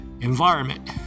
environment